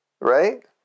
Right